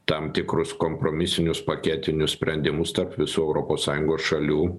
tam tikrus kompromisinius paketinius sprendimus tarp visų europos sąjungos šalių